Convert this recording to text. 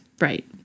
right